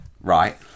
right